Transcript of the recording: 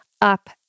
up